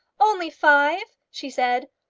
only five? she said.